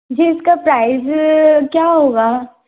जी इसका प्राइज़ क्या होगा